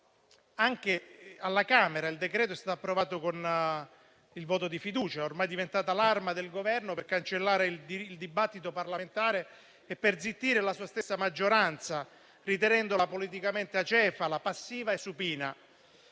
anche alla Camera il decreto-legge è stato approvato con il voto di fiducia, che ormai è diventato l'arma del Governo per cancellare il dibattito parlamentare e zittire la sua stessa maggioranza, ritenendola politicamente acefala, passiva e supina.